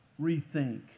rethink